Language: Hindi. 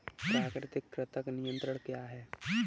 प्राकृतिक कृंतक नियंत्रण क्या है?